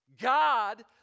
God